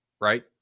right